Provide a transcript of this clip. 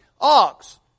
ox